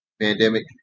pandemic